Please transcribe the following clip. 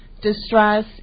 distress